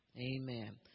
Amen